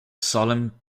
solemn